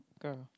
girl